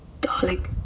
Darling